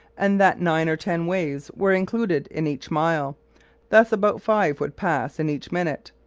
and that nine or ten waves were included in each mile thus about five would pass in each minute.